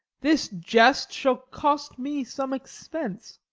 this jest shall cost me some expense.